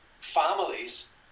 families